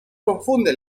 confunde